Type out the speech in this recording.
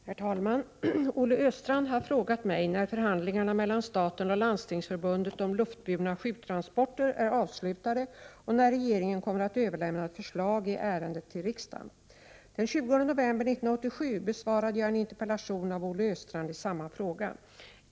Herr talman! Olle Östrand har frågat mig när förhandlingarna mellan staten och Landstingsförbundet om luftburna sjuktransporter är avslutade och när regeringen kommer att överlämna ett förslag i ärendet till riksdagen. Den 20 november 1987 besvarade jag en interpellation av Olle Östrand i samma fråga.